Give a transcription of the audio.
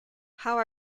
how